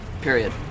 period